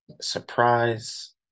surprise